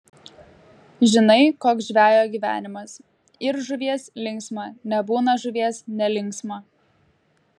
žinai koks žvejo gyvenimas yr žuvies linksma nebūna žuvies nelinksma